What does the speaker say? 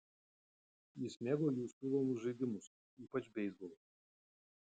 jis mėgo jų siūlomus žaidimus ypač beisbolą